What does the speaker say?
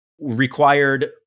required